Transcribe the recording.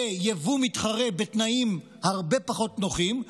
ליבוא מתחרה בתנאים הרבה פחות נוחים,